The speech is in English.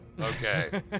Okay